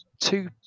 two